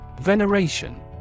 Veneration